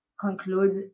concludes